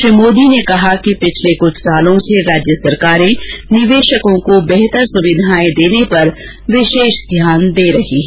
श्री मोदी ने कहा कि पिछले कुछ वर्षो से राज्य सरकारें निवेशकों को बेहतर सुविधाएं देने पर विशेष ध्यान देने लगी हैं